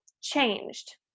changed